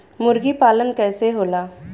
मुर्गी पालन कैसे होला?